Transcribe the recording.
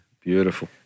Beautiful